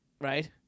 right